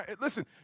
listen